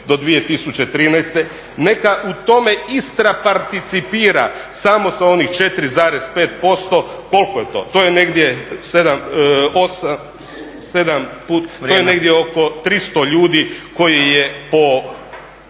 do 2013., neka u tome Istra participira samo sa onih 4,5%, koliko je to? To je negdje 7, 8, 7 puta, to je